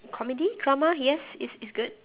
comedy drama yes it's it's good